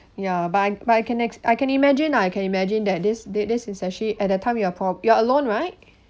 ya but I but I can ex~ I can imagine ah I can imagine that this did this is actually at that time you're pro~ you're alone right